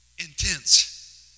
Intense